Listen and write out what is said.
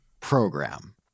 Program